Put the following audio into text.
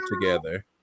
together